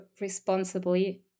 responsibly